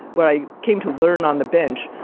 what i came to learn on the bench,